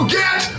get